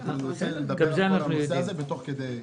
ננסה לדבר על הנושא הזה תוך כדי הדיון.